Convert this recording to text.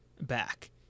back